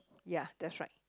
ya that's right